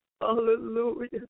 Hallelujah